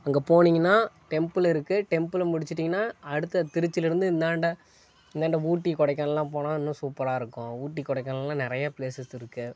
அங்கே போனீங்கன்னா டெம்புள் இருக்குது டெம்புளை முடிச்சிட்டிங்கனா அடுத்து திருச்சியிலேந்து இந்தாண்டை இந்தாண்டை ஊட்டி கொடைக்கானல்லாம் போனால் இன்னும் சூப்பராயிருக்கும் ஊட்டி கொடைக்கானல்லாம் நிறைய பிளேசஸ் இருக்குது